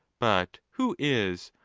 but who is,